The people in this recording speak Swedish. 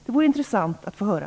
Det vore intressant att få höra.